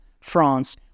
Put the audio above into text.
France